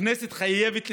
הכנסת חייבת לתפקד,